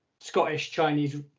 Scottish-Chinese